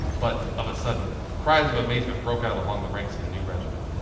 but, of a sudden, cries of amazement broke out along the ranks of the new regiment.